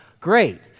Great